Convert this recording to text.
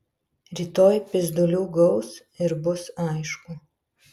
rytoj pyzdulių gaus ir bus aišku